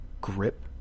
grip